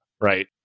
right